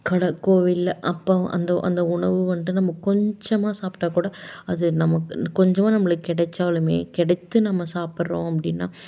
கடை கோவில்ல அப்பவும் அந்த அந்த உணவு வந்துட்டு நம்ம கொஞ்சமாக சாப்பிட்ட கூட அது நமக்கு கொஞ்சமாக நம்மளுக்கு கெடைச்சாலுமே கிடைத்து நம்ம சாப்பிட்றோம் அப்படின்னா